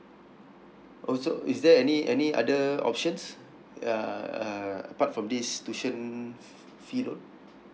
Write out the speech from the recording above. oh so is there any any other options uh uh apart from this tuition fee loan